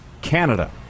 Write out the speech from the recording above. Canada